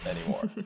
anymore